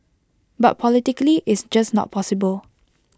but politically it's just not possible